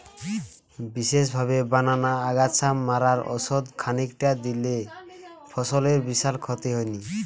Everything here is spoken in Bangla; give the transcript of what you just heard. বিশেষভাবে বানানা আগাছা মারার ওষুধ খানিকটা দিলে ফসলের বিশাল ক্ষতি হয়নি